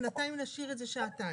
ובינתיים נשאיר את זה שעתיים.